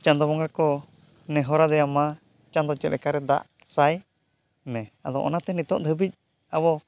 ᱪᱟᱸᱫᱚ ᱵᱚᱸᱜᱟ ᱠᱚ ᱱᱮᱦᱚᱨ ᱟᱫᱮᱭᱟ ᱢᱟ ᱪᱟᱸᱫᱚ ᱪᱮᱫ ᱞᱮᱠᱟᱨᱮ ᱫᱟᱜ ᱥᱟᱭ ᱢᱮ ᱟᱫᱚ ᱚᱱᱟᱛᱮ ᱱᱤᱛᱚᱜ ᱫᱷᱟᱹᱵᱤᱡ ᱟᱵᱚ